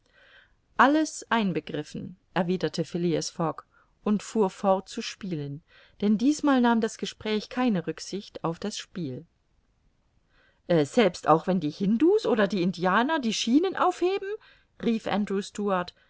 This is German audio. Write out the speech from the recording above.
alles einbegriffen erwiderte phileas fogg und fuhr fort zu spielen dann diesmal nahm das gespräch keine rücksicht auf das spiel selbst auch wenn die hindu's oder die indianer die schienen aufheben rief